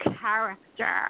character